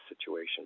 situation